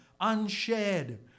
unshared